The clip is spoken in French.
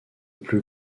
plus